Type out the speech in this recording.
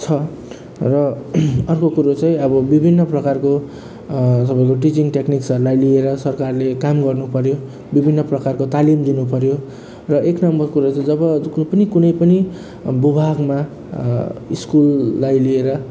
छ र अर्को कुरो चाहिँ अब विभिन्न प्रकारको तपाईँको टिचिङ टेक्निक्सहरूलाई लिएर सरकारले काम गर्नु पऱ्यो विभिन्न प्रकारको तालिम दिनु पऱ्यो र एक नम्बर कुरो चाहिँ जब कुनै पनि कुनै पनि विभागमा स्कुललाई लिएर